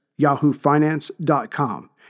yahoofinance.com